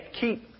keep